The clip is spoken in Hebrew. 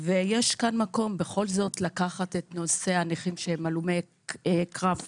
ויש כאן מקום לקחת את נושא הנכים שהם הלומי קרב ופוסט-טראומה,